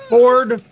Ford